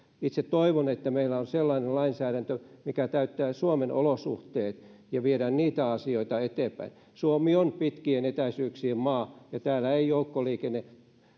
itse toivon että meillä on sellainen lainsäädäntö mikä täyttää suomen olosuhteet ja viedään niitä asioita eteenpäin suomi on pitkien etäisyyksien maa ja täällä ei joukkoliikenne